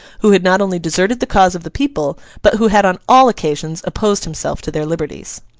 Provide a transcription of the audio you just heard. who had not only deserted the cause of the people, but who had on all occasions opposed himself to their liberties.